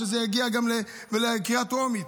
שזה יגיע לקריאה טרומית.